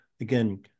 Again